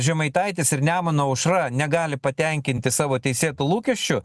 žemaitaitis ir nemuno aušra negali patenkinti savo teisėtų lūkesčių